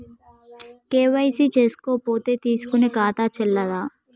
KYC చేసుకోకపోతే తీసుకునే ఖాతా చెల్లదా?